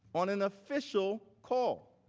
on an official call.